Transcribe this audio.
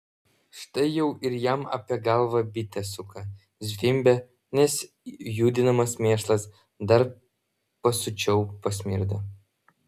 štai jau ir jam apie galvą bitė suka zvimbia nes judinamas mėšlas dar pasiučiau pasmirdo